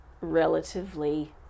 relatively